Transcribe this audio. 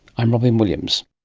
i'm robyn williams